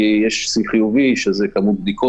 כי יש שיא חיובי של כמות בדיקות